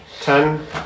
Ten